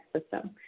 system